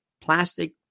plastic